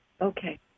Okay